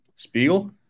Spiegel